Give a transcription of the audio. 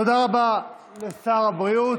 תודה רבה לשר הבריאות.